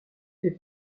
fait